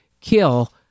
kill